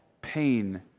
pain